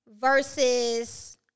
versus